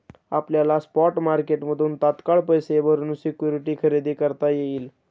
आपल्याला स्पॉट मार्केटमधून तात्काळ पैसे भरून सिक्युरिटी खरेदी करता येईल